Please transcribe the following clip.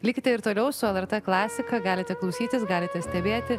likite ir toliau su lrt klasika galite klausytis galite stebėti